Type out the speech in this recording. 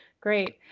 Great